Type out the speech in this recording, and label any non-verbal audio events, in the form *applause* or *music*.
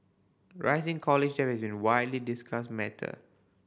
rising college debt *unintelligible* a widely discussed matter